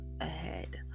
Ahead